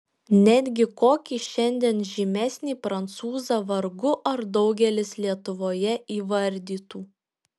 netgi kokį šiandien žymesnį prancūzą vargu ar daugelis lietuvoje įvardytų